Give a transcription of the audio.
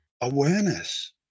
awareness